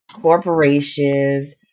Corporations